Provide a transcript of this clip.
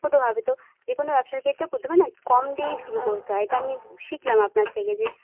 ছোটো ভাবে তো যে কোনো ব্যবসার ক্ষেত্রেই প্রথমে না একটু কম দিয়েই শুরু করতে হয় এটা আমি শিখলাম আপনার থেকে থেকে যে